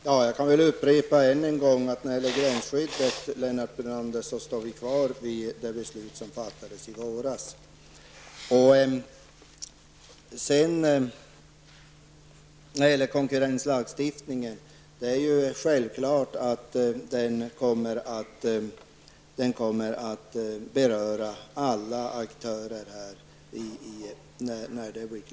Fru talman! Jag kan än en gång upprepa för Lennart Brunander att vi i fråga om gränsskyddet står kvar vid det beslut som fattades i våras. Det är självklart att konkurrenslagstiftningen när den blir klar kommer att beröra alla aktörer.